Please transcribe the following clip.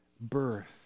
birth